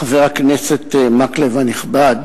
חבר הכנסת מקלב הנכבד,